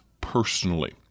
personally